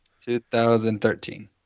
2013